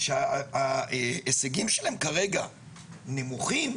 שההישגים שלהם כרגע נמוכים,